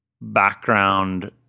background